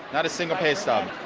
not a single paystub.